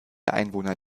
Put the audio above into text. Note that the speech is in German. einwohner